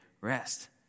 rest